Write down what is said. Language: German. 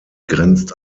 grenzt